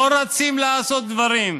לא רצים לעשות דברים.